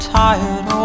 tired